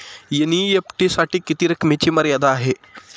NEFT साठी किती रकमेची मर्यादा आहे?